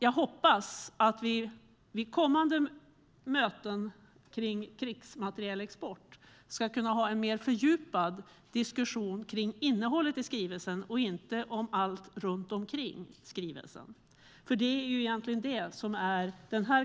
Jag hoppas att vi vid kommande möten om krigsmaterielexport ska kunna ha en mer fördjupad diskussion om innehållet i skrivelsen och inte om allt runt omkring skrivelsen.